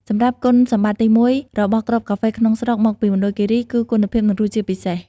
សម្រាប់គុណសម្បត្តិទីមួយរបស់គ្រាប់កាហ្វេក្នុងស្រុកមកពីមណ្ឌលគិរី គឺ គុណភាព និងរសជាតិពិសេស។